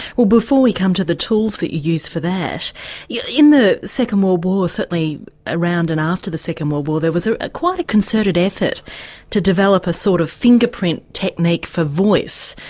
well before we come to the tools that you use for that yeah in the second world war certainly around and after the second world war there was ah ah quite a concerted effort to develop a sort of finger print technique for voice,